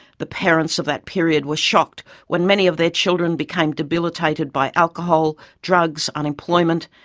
the parents of that period were shocked when many of their children became debilitated by alcohol, drugs, unemployment,